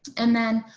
and then,